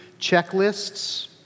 checklists